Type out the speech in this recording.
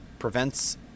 prevents